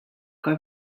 kaj